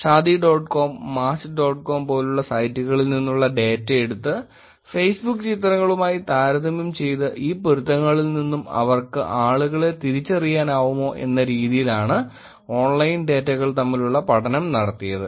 Shaadi dot com match dot com പോലുള്ള സൈറ്റുകളിൽ നിന്നുള്ള ഡാറ്റ എടുത്ത് ഫേസ്ബുക്ക് ചിത്രങ്ങളുമായി താരതമ്യം ചെയ്ത് ഈ പൊരുത്തങ്ങളിൽ നിന്നും അവർക്ക് ആളുകളെ തിരിച്ചറിയാനാവുമോ എന്ന രീതിയിലാണ് ഓൺലൈൻ ഡേറ്റകൾ തമ്മിലുള്ള പഠനം നടത്തിയത്